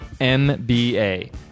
MBA